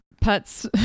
putts